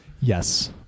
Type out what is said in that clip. Yes